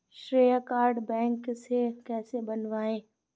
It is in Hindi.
श्रेय कार्ड बैंक से कैसे बनवाएं?